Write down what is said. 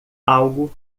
algo